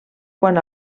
quan